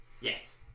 Yes